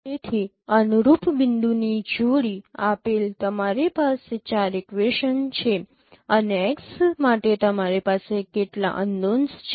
તેથી અનુરૂપ બિંદુની જોડી આપેલ તમારી પાસે 4 ઇક્વેશનસ છે અને x માટે તમારી પાસે કેટલા અનનોન્સ છે